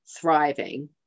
thriving